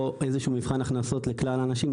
או איזה שהוא מבחן הכנסות לכלל האנשים,